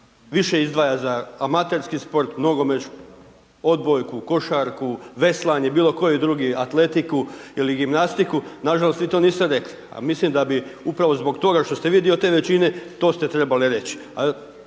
više izdvaja za amaterski sport, nogomet, odbojku, košarku, veslanje, bilokoji drugi, atletiku ili gimnastiku, nažalost, vi to niste rekli a mislim da bi upravo zbog toga što ste vi dio te većine, to ste trebali reći.